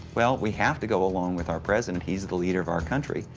well, we have to go along with our president. he is the leader of our country,